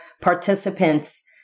participants